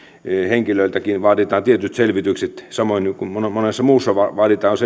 henkilöiltäkin vaaditaan tietyt selvitykset samoin kuin monessa muussa vaaditaan